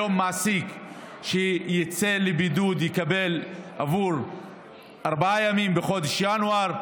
היום מעסיק שיצא לבידוד יקבל עבור ארבעה ימים בחודש ינואר,